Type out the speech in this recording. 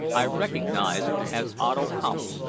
i recognized as otto kampf.